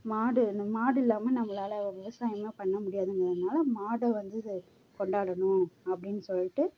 மாடு நம் மாடு இல்லாமல் நம்மளால் விவசாயமே பண்ண முடியாதுகிறததினால மாடை வந்து செ கொண்டாடணும் அப்படின்னு சொல்லிட்டு